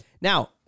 now